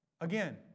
Again